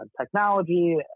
technology